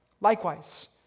Likewise